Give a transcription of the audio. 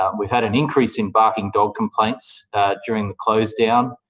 um we've had an increase in barking dog complaints during the closedown,